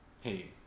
hey